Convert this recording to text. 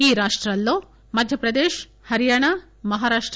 ఈ రాష్టాల్లో మధ్యప్రదేశ్ పార్యానా మహారాష్ట